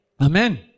Amen